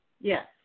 Yes